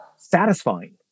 satisfying